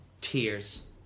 Tears